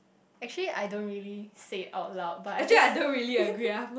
actually I don't really say it out loud but I just